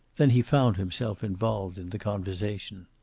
then he found himself involved in the conversation.